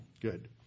Good